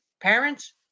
parents